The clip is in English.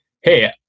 hey